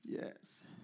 Yes